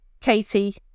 Katie